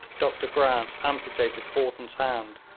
dr grant amputated haughton's hand,